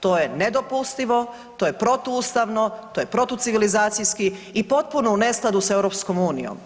To je nedopustivo, to je protuustavno, to je protucivilizacijski i potpuno u neskladu sa EU.